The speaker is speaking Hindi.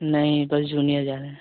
नहीं बस जूनियर जा रहे हैं